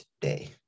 today